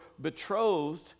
betrothed